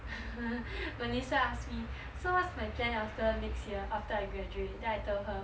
melissa asked me so what's my plan after next year after I graduate then I told her